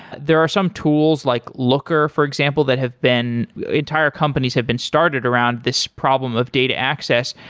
there are some tools, like looker, for example, that have been entire companies have been started around this problem of data access.